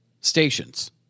stations